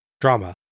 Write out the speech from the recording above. Drama